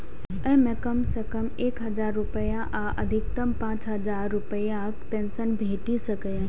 अय मे कम सं कम एक हजार रुपैया आ अधिकतम पांच हजार रुपैयाक पेंशन भेटि सकैए